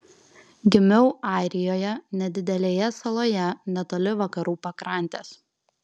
gimiau airijoje nedidelėje saloje netoli vakarų pakrantės